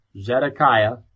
Zedekiah